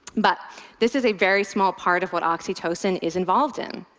but this is a very small part of what oxytocin is involved in.